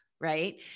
right